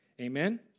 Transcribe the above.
Amen